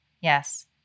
Yes